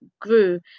grew